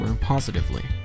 positively